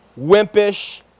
wimpish